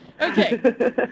Okay